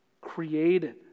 created